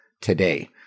today